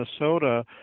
Minnesota